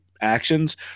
actions